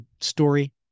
story